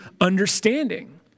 understanding